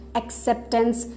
acceptance